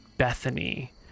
Bethany